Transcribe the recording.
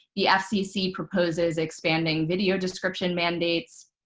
the ah fcc proposes expanding video description mandates,